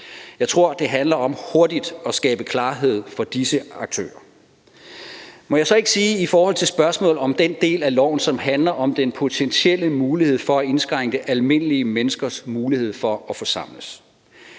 Jeg tror, det handler om hurtigt at skabe klarhed for disse aktører. Må jeg så ikke sige om den del af lovforslaget, som handler om den potentielle mulighed for at indskrænke almindelige menneskers mulighed for at forsamles,